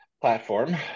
platform